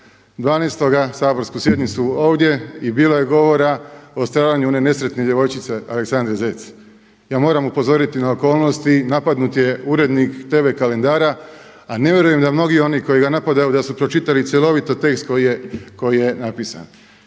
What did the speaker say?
8.12. saborsku sjednicu ovdje i bilo je govora o stradanju one nesretne djevojčice Aleksandre Zec. Ja moram upozoriti na okolnosti napadnut je urednik Tv kalendara a ne vjerujem da mnogi oni koji ga napadaju da su pročitali cjelovito tekst koji je napisan.